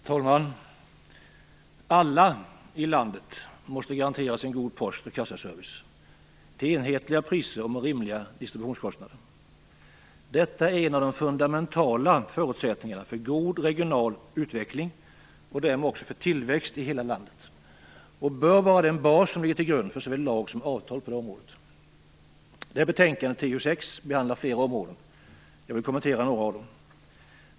Herr talman! Alla i landet måste garanteras en god post och kassaservice, till enhetliga priser och med rimliga distributionstider. Detta är en av de fundamentala förutsättningarna för god regional utveckling och därmed också för tillväxt i hela landet, och det bör vara den bas som ligger till grund för såväl lag som avtal på det här området. I betänkandet TU6 behandlas flera områden. Jag vill kommentera några av dem.